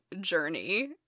journey